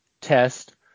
Test